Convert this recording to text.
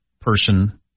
person